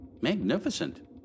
Magnificent